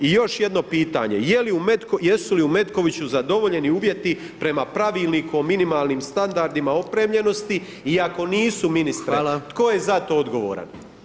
I još jedno pitanje, jesu li u Metkoviću zadovoljeni uvjeti prema Pravilniku o minimalnim standardima opremljenosti i ako nisu ministre, [[Upadica: Hvala]] tko je za to odgovoran?